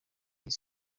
iyi